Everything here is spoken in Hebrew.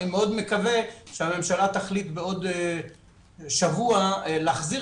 אני מאוד מקווה שהממשלה תחליט בעוד שבוע להחזיר